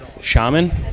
shaman